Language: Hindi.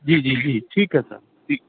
जी जी जी ठीक है सर ठीक